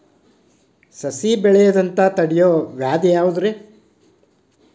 ಸಸಿ ಬೆಳೆಯದಂತ ತಡಿಯೋ ವ್ಯಾಧಿ ಯಾವುದು ರಿ?